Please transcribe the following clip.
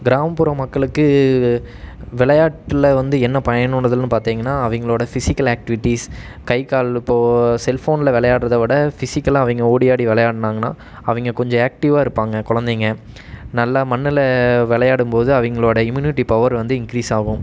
கிராமப்புற மக்களுக்கு விளையாட்டில் வந்து என்ன பயனுள்ளதுன்னு பார்த்திங்கன்னா அவங்களோட ஃபிஸிக்கல் ஆக்டிவிட்டீஸ் கை கால் இப்போது செல்ஃபோனில் விளையாடுறத விட ஃபிஸிக்கலாக அவங்க ஓடி ஆடி விளையாட்னாங்கனா அவங்க கொஞ்சம் ஆக்ட்டிவாக இருப்பாங்க குழந்தைங்க நல்லா மண்ணில் விளையாடும்போது அவங்களோட இம்யூனிட்டி பவர் வந்து இன்க்ரீஸ் ஆகும்